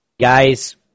Guys